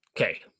Okay